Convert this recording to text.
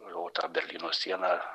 rodo berlyno sieną